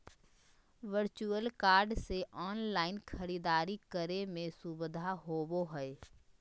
virtual card से online खरीदारी करे में सुबधा होबो हइ